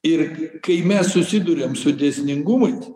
ir kai mes susiduriam su dėsningumais